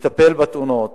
לטפל בתאונות,